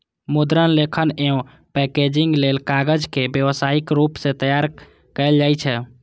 मुद्रण, लेखन एवं पैकेजिंग लेल कागज के व्यावसायिक रूप सं तैयार कैल जाइ छै